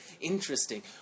interesting